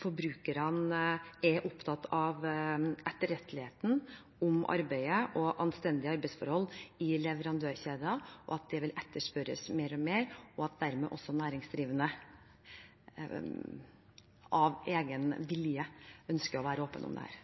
forbrukerne er opptatt av etterretteligheten omkring arbeidet og anstendige arbeidsforhold i leverandørkjedene – at det vil etterspørres mer og mer, og dermed at også næringsdrivende av egen vilje ønsker å være åpne om dette.